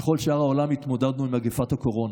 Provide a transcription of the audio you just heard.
ככל שאר העולם, התמודדנו עם מגפת הקורונה.